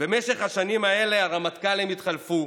שבמשך השנים האלה הרמטכ"לים התחלפו,